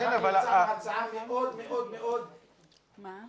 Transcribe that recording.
אנחנו הצענו הצעה מאוד מאוד אלמנטרית.